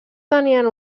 tenien